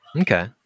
Okay